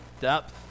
depth